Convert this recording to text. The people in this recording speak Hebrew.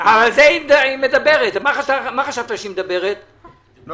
זה ממש כפי שאמר היושב ראש סדום.